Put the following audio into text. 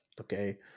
okay